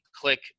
click